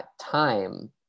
time